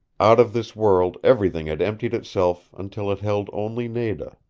out of this world everything had emptied itself until it held only nada.